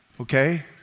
okay